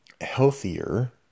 healthier